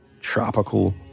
tropical